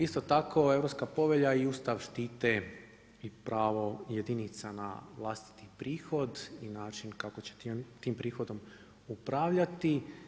Isto tako Europska povelja i Ustav štite i pravo jedinica na vlastiti prihod i način kako će tim prihodom upravljati.